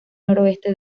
noroeste